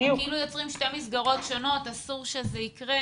כאילו יוצרים שתי מסגרות שונות ואסור שזה יקרה.